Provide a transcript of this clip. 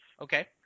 Okay